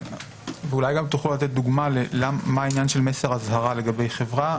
אולי גם תוכלו לתת דוגמה לעניין של מסר אזהרה לגבי חברה.